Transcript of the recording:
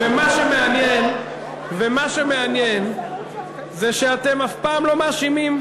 ומה שמעניין זה שאתם אף פעם לא מאשימים,